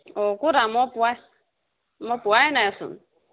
অঁ ক'তা মই পোৱাই মই পোৱাই নাইচোন